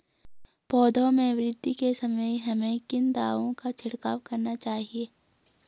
पौधों में वृद्धि के समय हमें किन दावों का छिड़काव करना चाहिए?